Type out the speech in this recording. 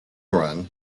run